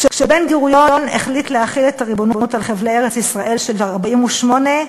כשבן-גוריון החליט להחיל את הריבונות על חבלי ארץ-ישראל של 1948,